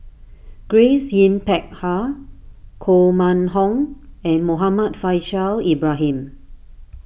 Grace Yin Peck Ha Koh Mun Hong and Muhammad Faishal Ibrahim